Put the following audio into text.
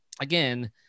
again